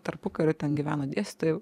tarpukariu ten gyveno dėstytojų